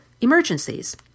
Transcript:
emergencies